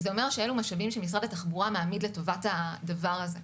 זה אומר שאלו משאבים שמשרד התחבורה מעמיד לטובת הדבר הזה.